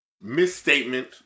misstatement